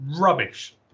Rubbish